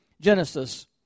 Genesis